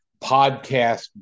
podcast